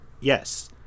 Yes